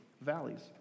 valleys